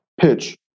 pitch